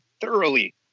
thoroughly